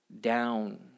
down